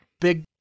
Big